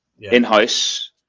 in-house